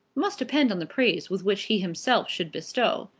must depend on the praise which he himself should bestow.